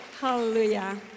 Hallelujah